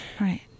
right